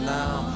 now